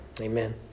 Amen